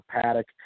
paddock